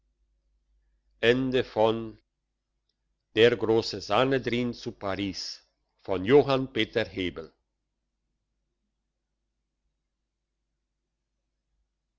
der grosse sanhedrin zu paris